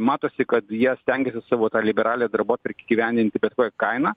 matosi kad jie stengiasi savo tą liberalią darbotvarkę įgyvendinti bet kokia kaina